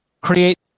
create